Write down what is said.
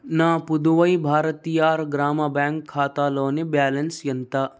నా పుదువై భారతియార్ గ్రామ బ్యాంక్ ఖాతాలోని బ్యాలెన్స్ ఎంత